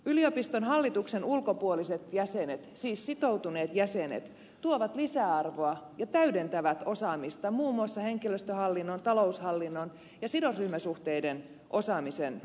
yliopiston hallituksen ulkopuoliset jäsenet siis sitoutuneet jäsenet tuovat lisäarvoa ja täydentävät osaamista muun muassa henkilöstöhallinnon taloushallinnon ja sidosryhmäsuhteiden osaamisen osalta